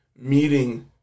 Meeting